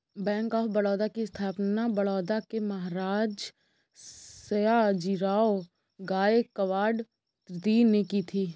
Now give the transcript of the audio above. bank of Baroda की स्थापना बड़ौदा के महाराज सयाजीराव गायकवाड तृतीय ने की थी